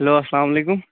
hello اسلام علیکُم